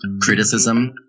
Criticism